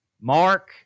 Mark